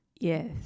Yes